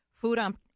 food